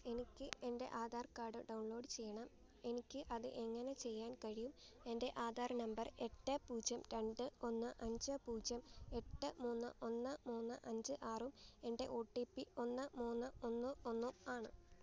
എനിക്ക് എന്റെ Aadhaar card download ചെയ്യണം എനിക്ക് അത് എങ്ങനെ ചെയ്യാൻ കഴിയും എന്റെ ആധാർ നമ്പർ എട്ട് പൂജ്യം രണ്ട് ഒന്ന് അഞ്ച് പൂജ്യം എട്ട് മൂന്ന് ഒന്ന് മൂന്ന് അഞ്ച് ആറും എന്റെ ഒ ടി പി ഒന്ന് മൂന്ന് ഒന്ന് ഒന്ന് ആണ്